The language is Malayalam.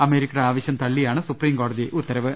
അമേരിക്കയുടെ ആവശ്യം തള്ളിയാണ് സുപ്രീം കോടതി ഉത്തരവ്